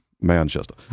Manchester